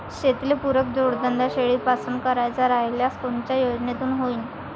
शेतीले पुरक जोडधंदा शेळीपालन करायचा राह्यल्यास कोनच्या योजनेतून होईन?